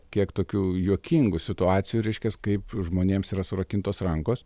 kiek tokių juokingų situacijų reiškias kaip žmonėms yra surakintos rankos